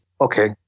Okay